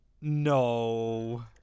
No